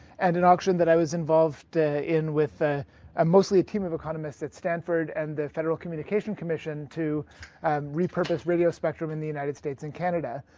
and an auction that i was involved in with ah um mostly a team of economists at stanford and the federal communication commission to and repurpose radio spectrum in the united states and canada.